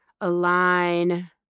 align